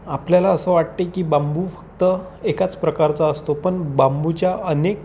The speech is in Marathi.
आपल्याला असं वाटते की बांबू फक्त एकाच प्रकारचा असतो पण बांबूच्या अनेक